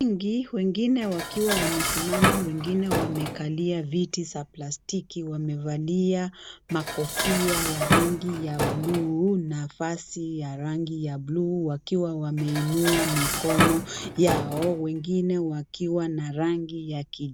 Watu wengi wengine wakiwa wamesimama wengine wamekalia viti za plastiki wamevalia makofia ya rangi ya bluu na vazi ya rangi ya bluu wakiwa wameinua mikono yao wengine wakiwa na rangi yaki.